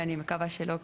ואני מקווה שלא,